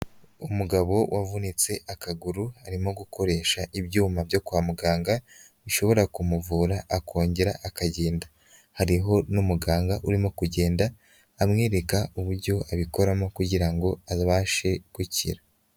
Umugabo wavunitse akaguru arimo gukoresha ibyuma byo kwa muganga bishobora kumuvura akongera akagenda, hariho n'umuganga urimo kugenda amwereka uburyo abikoramo kugira ngo abashe gukira.